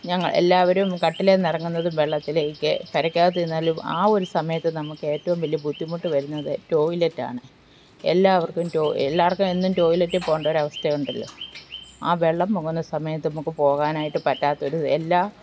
ഞങ്ങൾ എല്ലാവരും കട്ടിലേന്ന് ഇറങ്ങുന്നത് വെള്ളത്തിലേക്ക് കരയ്കകത്തിരുന്നാലും ആ ഒരു സമയത്ത് നമുക്ക് ഏറ്റവും വലിയ ബുദ്ധിമുട്ട് വരുന്നത് ടോയിലെറ്റാണ് എല്ലാവർക്കും ടോയി എല്ലാവർക്കും എന്നും ടോയിലറ്റിൽ പോകേണ്ട ഒരവസ്ഥ ഉണ്ടല്ലൊ ആ വെള്ളം പോകുന്ന സമയത്ത് നമുക്കു പോകാനായിട്ടു പറ്റാത്ത ഒരു എല്ലാ